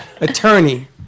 attorney